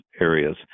areas